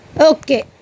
Okay